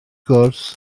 gwrs